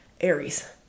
Aries